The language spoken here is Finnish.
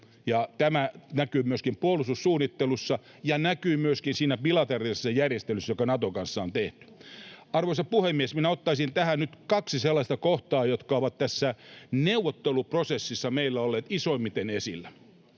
tämä näkyy myöskin puolustussuunnittelussa ja näkyy myöskin siinä bilateraalisessa järjestelyssä, joka Naton kanssa on tehty. Arvoisa puhemies! Minä ottaisin tähän nyt kaksi sellaista kohtaa, jotka ovat tässä neuvotteluprosessissa meillä olleet isoimmiten esillä